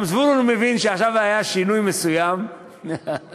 גם זבולון מבין שעכשיו היה שינוי מסוים בעניין.